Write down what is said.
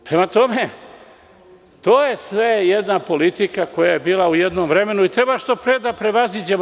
Prema tome, to je sve jedna politika koja je bila u jednom vremenu i treba što pre da je prevaziđemo.